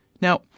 Now